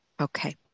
Okay